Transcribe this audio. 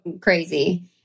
crazy